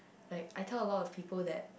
like I tell a lot of people that